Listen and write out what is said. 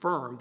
firm